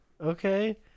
Okay